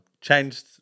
changed